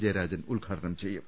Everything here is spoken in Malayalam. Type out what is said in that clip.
ജയരാജൻ ഉദ്ഘാടനം ചെയ്യും